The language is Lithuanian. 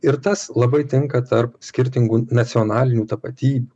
ir tas labai tinka tarp skirtingų nacionalinių tapatybių